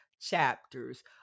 chapters